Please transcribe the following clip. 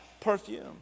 perfume